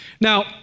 Now